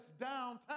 downtown